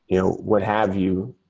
you know what have you,